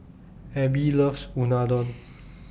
Abby loves Unadon